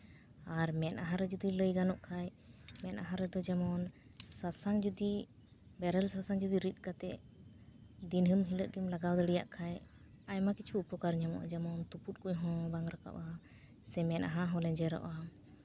ᱟᱨ ᱢᱮᱫᱦᱟ ᱨᱮ ᱡᱩᱫᱤ ᱞᱟᱹᱭ ᱜᱟᱱᱚᱜ ᱠᱷᱟᱡ ᱢᱮᱫᱦᱟ ᱨᱮᱫᱚ ᱡᱮᱢᱚᱱ ᱥᱟᱥᱟᱝ ᱡᱩᱫᱤ ᱵᱮᱨᱮᱞ ᱥᱟᱥᱟᱝ ᱡᱩᱫᱤ ᱨᱤᱫ ᱠᱟᱛᱮ ᱫᱤᱱᱟᱹᱢ ᱦᱤᱞᱳᱜ ᱜᱮᱢ ᱞᱟᱜᱟᱣ ᱫᱟᱲᱮᱭᱟᱜ ᱠᱷᱟᱡ ᱟᱭᱢᱟ ᱠᱤᱪᱷᱩ ᱩᱯᱚᱠᱟᱨ ᱧᱟᱢᱚᱜᱼᱟ ᱡᱮᱢᱚᱱ ᱛᱩᱯᱩᱫ ᱠᱚᱦᱚᱸ ᱵᱟᱝ ᱨᱟᱠᱟᱵᱼᱟ ᱥᱮ ᱢᱮᱫᱦᱟ ᱦᱚᱸ ᱞᱮᱧᱡᱮᱨᱚᱜᱼᱟ